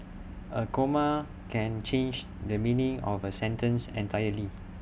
A comma can change the meaning of A sentence entirely